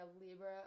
Libra